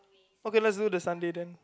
okay let's do the Sunday then